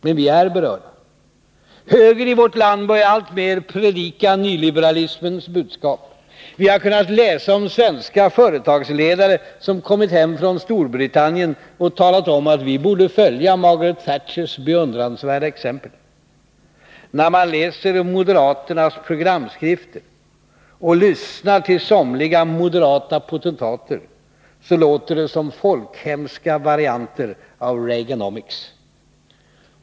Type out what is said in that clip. Men vi är berörda. Högern i vårt land börjar alltmer predika nyliberalismens budskap. Vi har kunnat läsa om svenska företagsledare som kommit hem från Storbritannien och talat om att vi borde följa Margaret Thatchers beundransvärda exempel. Läser man moderaternas programskrifter och läser man vad som skrivits av somliga moderata potentater, så låter det som folkhemska varianter av Reaganomics.